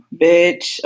bitch